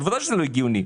ודאי שזה לא הגיוני,